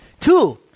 Two